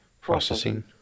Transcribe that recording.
Processing